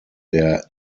der